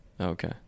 Okay